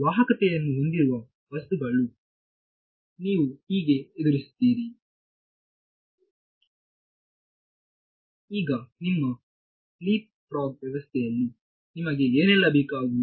ವಾಹಕತೆಯನ್ನು ಹೊಂದಿರುವ ವಸ್ತುವನ್ನು ನೀವು ಹೀಗೆ ಎದುರಿಸುತ್ತೀರಿಇದೀಗ ನಿಮ್ಮ ಲೀಪ್ ಫ್ರಾಗ್ ವ್ಯವಸ್ಥೆಯಲ್ಲಿ ನಿಮಗೆ ಏನೆಲ್ಲ ಬೇಕಾಗುವುದು